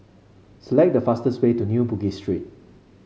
select the fastest way to New Bugis Street